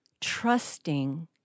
trusting